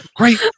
great